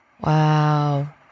Wow